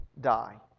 die